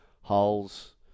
holes